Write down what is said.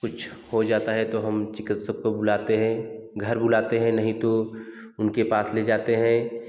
कुछ हो जाता है तो हम चिकित्सक को बुलाते हैं घर बुलाते हैं नहीं तो उनके पास ले जाते हैं